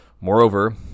Moreover